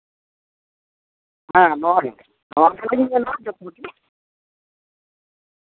ᱦᱮᱸ ᱱᱚᱣᱟ ᱜᱮ ᱱᱚᱣᱟ ᱨᱮᱞᱤᱧ ᱧᱮᱞᱟ ᱡᱮ